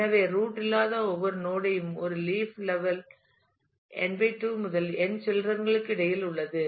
எனவே ரூட் இல்லாத ஒவ்வொரு நோட் யும் ஒரு லீப் லெவல் n 2 முதல் n சில்ரன் களுக்கு இடையில் உள்ளது